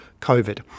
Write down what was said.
COVID